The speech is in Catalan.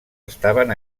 estaven